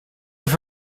have